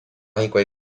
hikuái